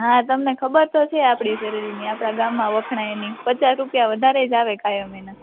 હા તમને ખબર તો છે આપડી શેરડીની આપણા ગામમાં વખણાયની પચા રૂપિયા વધારે જ આવે કાયમ એના